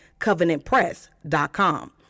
covenantpress.com